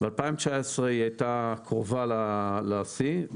ב-2019 היא הייתה קרובה לשיא.